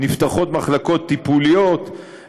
נפתחות מחלקות טיפוליות,